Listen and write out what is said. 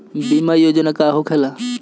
बीमा योजना का होखे ला?